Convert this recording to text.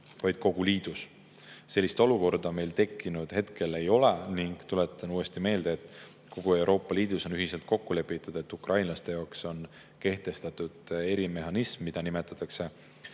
vaid kogu liidus. Sellist olukorda ei ole meil tekkinud. Tuletan uuesti meelde, et kogu Euroopa Liidus on ühiselt kokku lepitud, et ukrainlaste jaoks on kehtestatud erimehhanism, mida nimetatakse